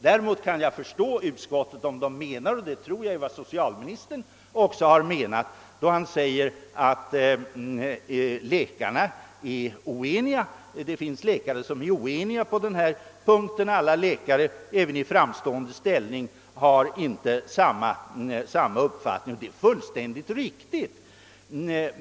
Däremot kan jag förstå utskottet om det menar detsamma som socialministern också har menat, då han säger att läkarna är oeniga på denna punkt. Alla läkare har inte samma uppfattning och det gäller även läkare i framstående ställning.